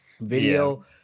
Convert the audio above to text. video